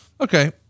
Okay